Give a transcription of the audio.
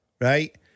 Right